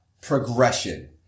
progression